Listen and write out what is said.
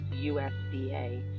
USDA